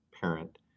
parent